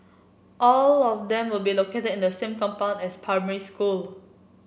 all of them will be located in the same compound as primary school